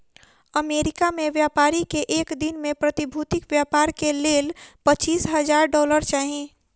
America में व्यापारी के एक दिन में प्रतिभूतिक व्यापार के लेल पचीस हजार डॉलर चाही